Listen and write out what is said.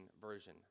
version